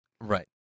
Right